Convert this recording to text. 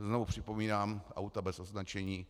A znovu připomínám auta bez označení.